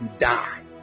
die